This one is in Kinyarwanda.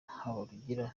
habarugira